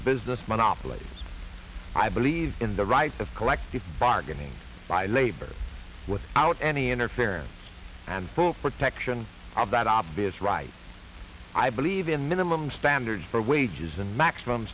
to business monopolies i believe in the rights of collective bargaining by labor without any interference and protection of that obvious rights i believe in minimum standards for wages and maximum